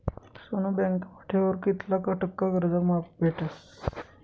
सोनं बँकमा ठेवावर कित्ला टक्का कर्ज माफ भेटस?